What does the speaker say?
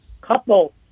couple